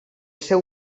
seu